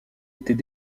était